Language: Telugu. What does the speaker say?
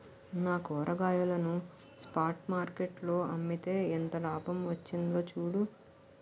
నా కూరగాయలను స్పాట్ మార్కెట్ లో అమ్మితే ఎంత లాభం వచ్చిందో చూడు